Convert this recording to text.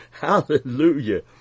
Hallelujah